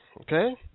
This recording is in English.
okay